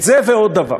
את זה, ועוד דבר,